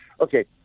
Okay